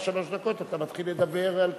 שלוש הדקות אתה מתחיל לדבר על קדימה.